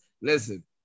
Listen